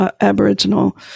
Aboriginal